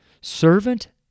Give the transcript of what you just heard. Servant